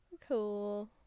cool